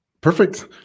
Perfect